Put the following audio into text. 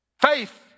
Faith